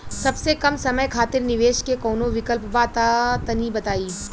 सबसे कम समय खातिर निवेश के कौनो विकल्प बा त तनि बताई?